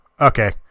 Okay